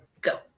go